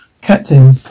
Captain